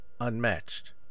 unmatched